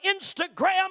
Instagram